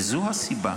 וזו הסיבה